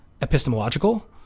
epistemological